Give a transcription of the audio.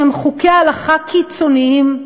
שהם חוקי הלכה קיצוניים,